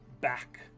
back